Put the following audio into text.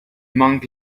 monk